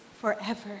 forever